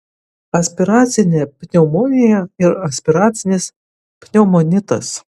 aspiracinė pneumonija ir aspiracinis pneumonitas